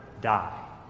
die